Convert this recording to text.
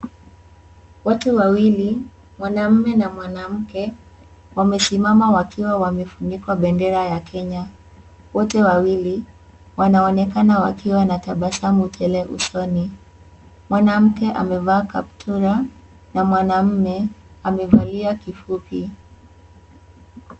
Watu wawili mwanaume na mwanamke wamesimama wakiwa wamefunikwa bendera ya Kenya, wote wawili wanaonekana wakiwa na tabasamu tele usoni, mwanamke amevaa kaptura na mwanaume amevalia kifupi .